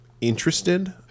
interested